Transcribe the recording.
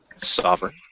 Sovereign